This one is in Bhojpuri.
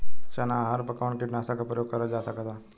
चना अरहर पर कवन कीटनाशक क प्रयोग कर जा सकेला?